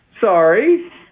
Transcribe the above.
sorry